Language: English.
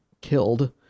killed